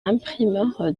imprimeur